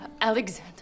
Alexander